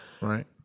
right